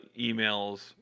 emails